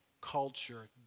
culture